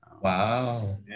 Wow